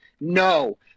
No